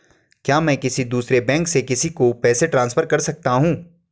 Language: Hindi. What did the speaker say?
क्या मैं किसी दूसरे बैंक से किसी को पैसे ट्रांसफर कर सकता हूँ?